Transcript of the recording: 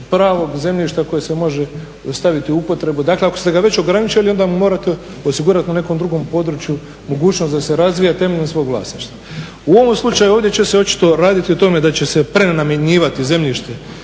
pravog zemljišta koje se može staviti u upotrebu, dakle ako ste ga već ograničili onda mu morate osigurati na nekom drugom području mogućnost da se razvija temeljem svog vlasništva. U ovom slučaju ovdje će se očito raditi o tome da će se prenamjenjivati zemljište